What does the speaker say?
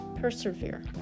persevere